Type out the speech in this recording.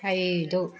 ಐದು